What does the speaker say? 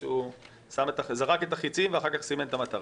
זורק את החצים ואז מסמן את המטרה.